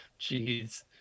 jeez